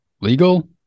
legal